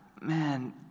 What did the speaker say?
man